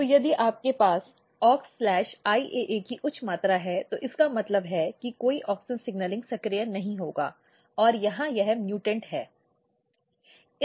इसलिए यदि आपके पास Aux IAA की उच्च मात्रा है तो इसका मतलब है कि कोई ऑक्सिन सिग्नलिंग सक्रिय नहीं होगा और यहाँ यह म्यूटॅन्ट है